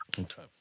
Okay